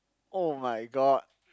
!oh-my-god!